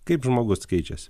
kaip žmogus keičiasi